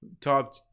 top